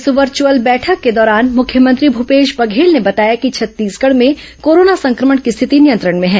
इस वर्चुअल बैठक के दौरान मुख्यमंत्री भूपेश बघेल ने बताया कि छत्तीसगढ़ में कोरोना संक्रमण की स्थिति नियंत्रण में है